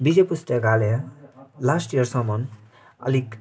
विजय पुस्तकालय लास्ट यियरसम्म अलिक